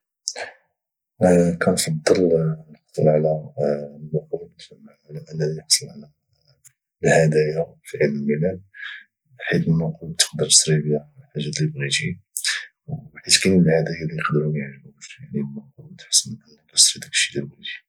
كنفضل نحصل على النقود على انني نحصل على الهدايا في عيد الميلاد حيت النقود تقدر تشري بها الحاجه اللي بغيتي وحيت كاينين الهدايا اللي يقدروا ما يعجبوكش النقود حسن باش كاتشري داكشيء اللي بغيتي